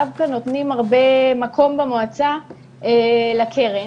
דווקא נותנים הרבה מקום במועצה לקרן.